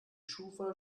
schufa